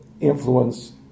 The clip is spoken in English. influence